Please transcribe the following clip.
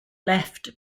left